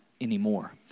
anymore